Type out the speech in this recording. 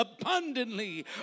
Abundantly